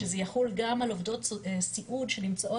שזה יחול גם על עובדות סיעוד שנמצאות